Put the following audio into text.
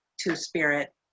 two-spirit